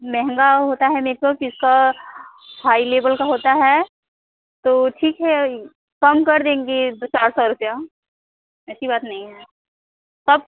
महंगा होता है मेकअप इसका हाई लेवल का होता है तो ठीक है कम कर देंगे चार सौ रुपये ऐसी बात नहीं है कब